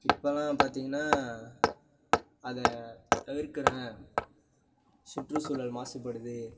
இப்போல்லாம் பார்த்தீங்கன்னா அதை தவிர்க்கிறேன் சுற்றுசூழல் மாசுப்படுது